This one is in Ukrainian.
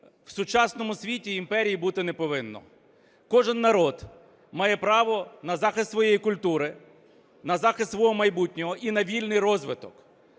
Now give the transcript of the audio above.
В сучасному світі імперії бути не повинно. Кожен народ має право на захист своєї культури, на захист свого майбутнього і на вільний розвиток.